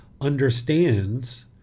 understands